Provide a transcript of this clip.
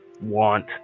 want